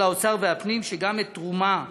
של האוצר והפנים, גם תרומה